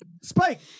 Spike